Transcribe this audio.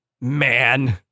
man